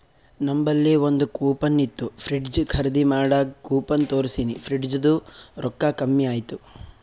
ನಂಬಲ್ಲಿ ಒಂದ್ ಕೂಪನ್ ಇತ್ತು ಫ್ರಿಡ್ಜ್ ಖರ್ದಿ ಮಾಡಾಗ್ ಕೂಪನ್ ತೋರ್ಸಿನಿ ಫ್ರಿಡ್ಜದು ರೊಕ್ಕಾ ಕಮ್ಮಿ ಆಯ್ತು